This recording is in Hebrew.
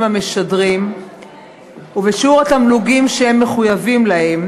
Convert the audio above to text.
המשדרים ובשיעור התמלוגים שהם מחויבים להם,